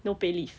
no pay leave